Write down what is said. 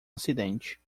acidente